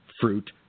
fruit